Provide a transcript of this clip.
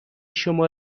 شما